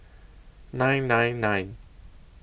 nine nine nine